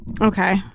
Okay